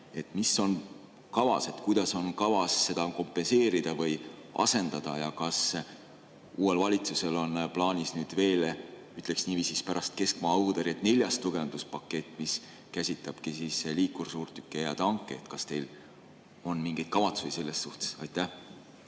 Mis on kavas? Kuidas on kavas seda kompenseerida või neid asendada? Ja kas uuel valitsusel on plaanis veel, ütleksin niiviisi, pärast keskmaa õhutõrjet neljas tugevduspakett, mis käsitlebki liikursuurtükke ja tanke? Kas teil on mingeid kavatsusi selles suhtes? Aitäh!